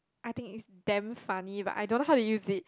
I think is damn funny but I don't know how to use it